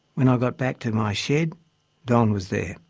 when i got back to my shed don was there.